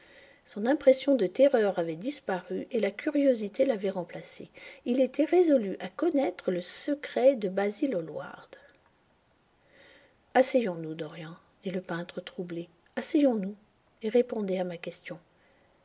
son impression de terreur avait disparu et la curiosité l'avait remplacée il était résolu à connaître le secret de basil hallward asseyons-nous dorian dit le peintre troublé asseyons-nous et répondez à ma question